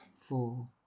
four